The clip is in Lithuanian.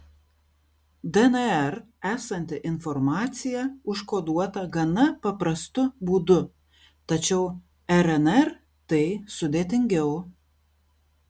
dnr esanti informacija užkoduota gana paprastu būdu tačiau rnr tai sudėtingiau